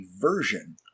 version